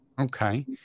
Okay